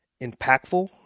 impactful